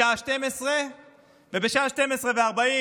בשעה 12:00, בשעה 12:40,